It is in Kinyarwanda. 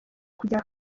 kujya